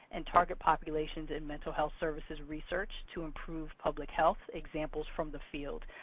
and target populations in mental health services research to improve public health examples from the field.